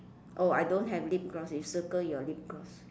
oh I don't have lip gloss you circle your lip gloss